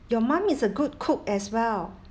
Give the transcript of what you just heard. your mum is a good cook as well